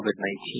COVID-19